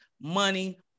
money